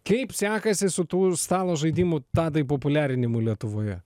kaip sekasi su tų stalo žaidimų tadai populiarinimu lietuvoje